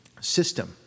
system